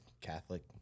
Catholic